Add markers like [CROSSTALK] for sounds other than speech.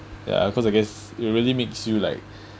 ya because I guess it really makes you like [BREATH]